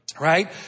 right